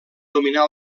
dominar